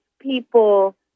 people